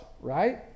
right